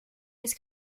his